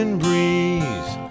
breeze